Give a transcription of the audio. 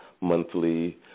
monthly